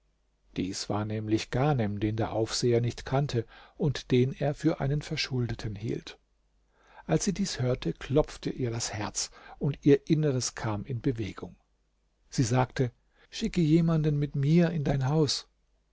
dies war nämlich ghanem den der aufseher nicht kannte und den er für einen verschuldeten hielt als sie dies hörte klopfte ihr das herz und ihr inneres kam in bewegung sie sagte schicke jemanden mit mir in dein haus